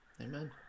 Amen